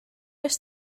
est